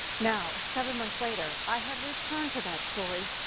now seven months later, i have returned to that story,